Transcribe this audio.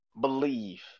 believe